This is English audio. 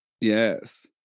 Yes